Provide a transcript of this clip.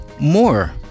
more